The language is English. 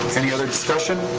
any other discussion?